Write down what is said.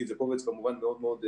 כי זה קובץ כמובן מאוד מאוד,